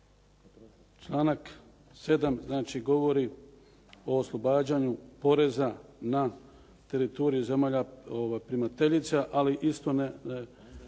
Članak 7. govori o oslobađanju poreza na teritoriju zemalja primateljica a isto se